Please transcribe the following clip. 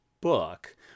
book